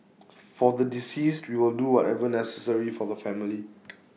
for the deceased we will do whatever necessary for the family